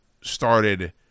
started